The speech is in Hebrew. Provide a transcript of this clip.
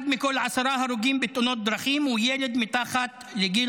אחד מכל עשרה הרוגים בתאונות דרכים הוא ילד מתחת לגיל